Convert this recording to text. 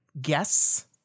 guess